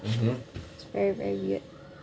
mmhmm